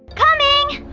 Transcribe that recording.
coming!